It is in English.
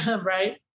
right